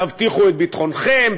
תבטיחו את ביטחונכם,